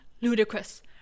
ludicrous